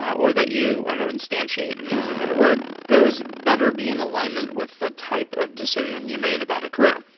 or that you, i don't know, instantiate and maybe is a better word, those better be in alignment with the type of decision you made about a career.